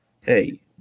hey